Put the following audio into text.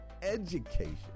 education